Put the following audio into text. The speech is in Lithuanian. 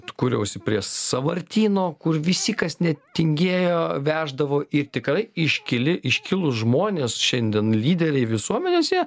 kuriausi prie sąvartyno kur visi kas netingėjo veždavo ir tikrai iškili iškilūs žmonės šiandien lyderiai visuomenės jie